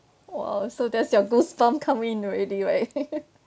!wah! so that's your goosebump come in already right